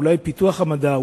אולי פיתוח המדע,